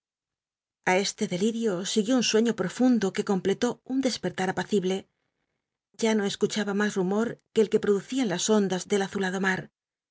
a esle del il'io siguió url sueño profundo que compleló un despertar apacible ya no escuchaba mas eumor qtie el que pro creyó aun por ducian las ondas del azulado ma